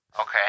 Okay